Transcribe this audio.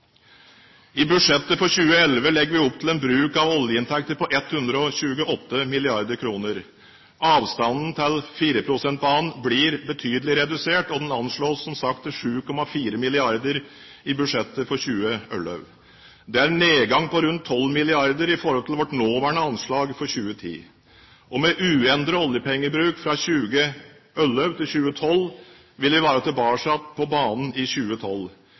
I budsjettet for 2011 legger vi opp til en bruk av oljeinntekter på 128 mrd. kr. Avstanden til 4-prosentbanen blir betydelig redusert, og den anslås som sagt til 7,4 mrd. kr i budsjettet for 2011. Det er en nedgang på rundt 12 mrd. kr i forhold til vårt nåværende anslag for 2010. Med uendret oljepengebruk fra 2011 til 2012 vil vi være tilbake på banen igjen i 2012.